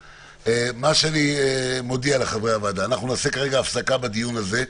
מה שאני מודיע לחברי הוועדה: אנחנו נעשה כרגע הפסקה בדיון הזה,